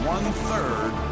One-third